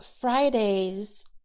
Fridays